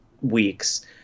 weeks